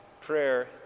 Prayer